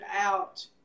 out